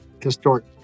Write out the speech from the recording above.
historic